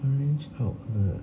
orange outlet